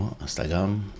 Instagram